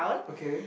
okay